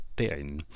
derinde